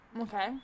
Okay